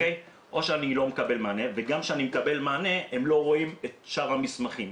שאני לא מקבל מענה וגם כשאני מקבל מענה הם לא רואים את שאר המסמכים.